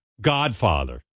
Godfather